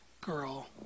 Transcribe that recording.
girl